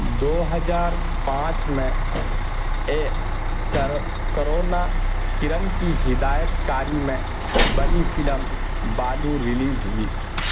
دو ہزار پانچ میں کرونا کرن کی ہدایت کاری میں بنی فلم بالو ریلیز ہوئی